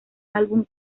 álbum